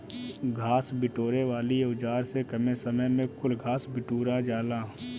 घास बिटोरे वाली औज़ार से कमे समय में कुल घास बिटूरा जाला